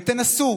ותנסו,